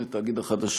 8) (תאגיד החדשות),